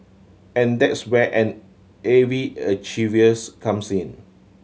and that's where an A V comes in